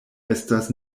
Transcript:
estas